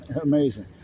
amazing